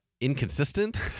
Inconsistent